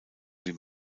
wie